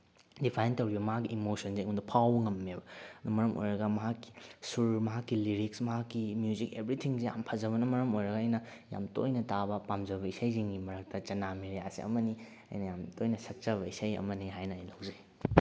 define ꯇꯧꯔꯤꯕ ꯃꯥꯒꯤ ꯏꯃꯣꯁꯟꯁꯦ ꯑꯩꯉꯣꯟꯗ ꯐꯥꯎꯕ ꯉꯝꯃꯦꯕ ꯑꯗꯨꯅ ꯃꯔꯝ ꯑꯣꯏꯔꯒ ꯃꯍꯥꯛꯀꯤ ꯁꯨꯔ ꯃꯍꯥꯛꯀꯤ ꯔꯤꯂꯤꯛꯁ ꯃꯍꯥꯛꯀꯤ ꯃ꯭ꯌꯨꯖꯤꯛ ꯑꯦꯕ꯭ꯔꯤꯊꯤꯡꯁꯦ ꯌꯥꯝ ꯐꯖꯕꯅ ꯃꯔꯝ ꯑꯣꯏꯔꯒ ꯑꯩꯅ ꯌꯥꯝ ꯇꯣꯏꯅ ꯇꯥꯕ ꯄꯥꯝꯖꯕ ꯏꯁꯩꯁꯤꯡꯒꯤ ꯃꯔꯛꯇ ꯆꯅꯥ ꯃꯦꯔꯦꯌꯥꯁꯦ ꯑꯃꯅꯤ ꯑꯩꯅ ꯌꯥꯝ ꯇꯣꯏꯅ ꯁꯛꯆꯕ ꯏꯁꯩ ꯑꯃꯅꯤ ꯍꯥꯏꯅ ꯑꯩ ꯂꯧꯖꯩ